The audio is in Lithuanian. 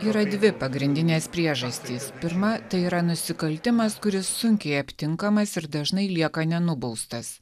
yra dvi pagrindinės priežastys pirma tai yra nusikaltimas kuris sunkiai aptinkamas ir dažnai lieka nenubaustas